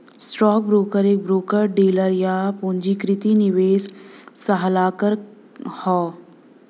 stockbroker एक broker dealer, या पंजीकृत निवेश सलाहकार हौ